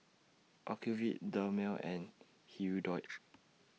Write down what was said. Ocuvite Dermale and Hirudoid